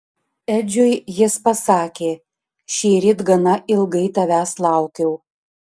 edžiui jis pasakė šįryt gana ilgai tavęs laukiau